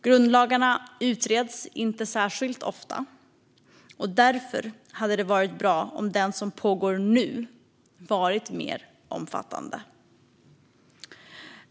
Grundlagarna utreds inte särskilt ofta, och därför hade det varit bra om den utredning som pågår nu skulle ha varit mer omfattande.